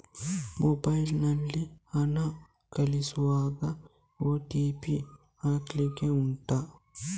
mobile ನಲ್ಲಿ ಹಣ ಕಳಿಸುವಾಗ ಓ.ಟಿ.ಪಿ ಹಾಕ್ಲಿಕ್ಕೆ ಉಂಟಾ